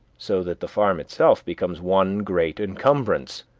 so that the farm itself becomes one great encumbrance,